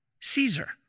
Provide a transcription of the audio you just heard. Caesar